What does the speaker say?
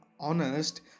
honest